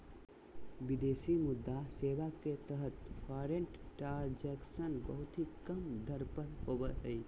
विदेशी मुद्रा सेवा के तहत फॉरेन ट्रांजक्शन बहुत ही कम दर पर होवो हय